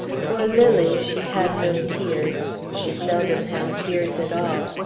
for lily she had no tears she seldom had tears at all.